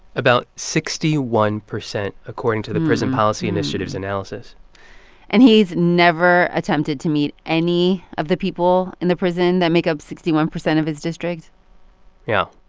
about sixty one percent, according to the prison policy initiative's analysis and he's never attempted to meet any of the people in the prison that make up sixty one percent of his district yeah.